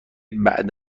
بعد